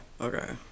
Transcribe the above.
okay